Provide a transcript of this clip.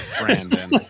Brandon